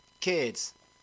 kids